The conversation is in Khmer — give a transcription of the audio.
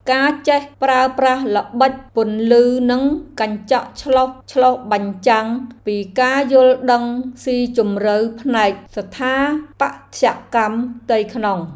ការចេះប្រើប្រាស់ល្បិចពន្លឺនិងកញ្ចក់ឆ្លុះឆ្លុះបញ្ចាំងពីការយល់ដឹងស៊ីជម្រៅផ្នែកស្ថាបត្យកម្មផ្ទៃក្នុង។